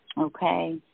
Okay